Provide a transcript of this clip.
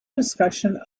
discussions